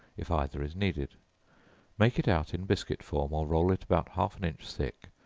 if either is needed make it out in biscuit form, or roll it about half an inch thick,